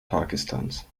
pakistans